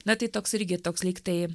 na tai toks irgi toks lyg tai